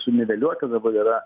suniveliuoti dabar yra